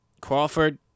Crawford